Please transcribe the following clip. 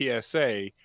PSA